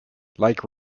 like